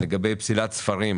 לגבי פסילת ספרים.